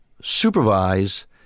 supervise